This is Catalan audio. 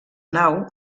nau